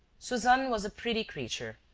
suzanne was a pretty creature,